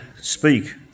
Speak